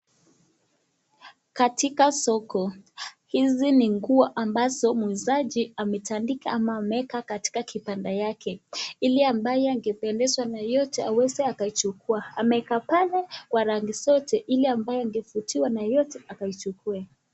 Katika soko hizi ni nguo ambazo muuzaji ametandika ama ameweka katika kibanda yake ili ambaye angependezwa na yeyote aweze akaichukua. Ameweka pale kwa rangi zote ili ambaye angevutiwa na yeyote akaichukue.